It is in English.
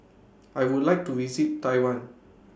I Would like to visit Taiwan